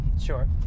Sure